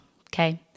Okay